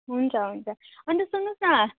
हुन्छ हुन्छ अन्त सुन्नुहोस् न